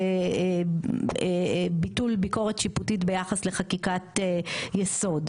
זה ביטול ביקורת שיפוטית ביחס לחקיקת יסוד.